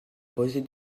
poser